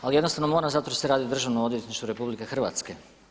Ali jednostavno moram zato jer se radi o Državnom odvjetništvu Republike Hrvatske.